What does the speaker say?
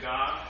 God